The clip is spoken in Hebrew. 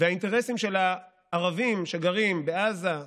והאינטרסים של הערבים שגרים בעזה,